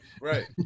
Right